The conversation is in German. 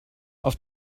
auf